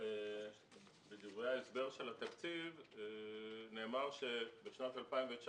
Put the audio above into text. בדברי ההסבר של התקציב נאמר שבשנת 2019